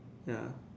ya